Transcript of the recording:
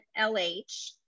LH